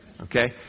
Okay